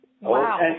Wow